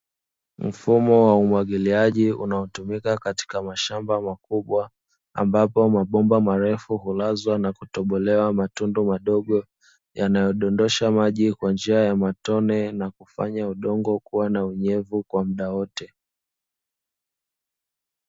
Mfumo wa umwagiliaji unaotumika katika mashamba makubwa, ambapo mabomba marefu hulazwa na kutobolewa matundu madogo, yanayodondosha maji kwa njia ya matone na kufanya udongo kuwa na unyevu kwa mda wote.